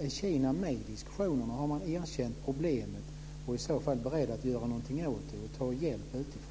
Är Kina med i diskussionerna? Har man erkänt problemet? Är man i så fall beredd att göra någonting åt det och ta hjälp utifrån?